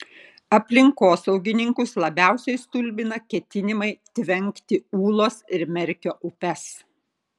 aplinkosaugininkus labiausiai stulbina ketinimai tvenkti ūlos ir merkio upes